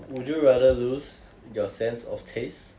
would you rather lose your sense of taste